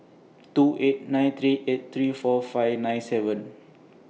two eight nine three eight three four five nine seven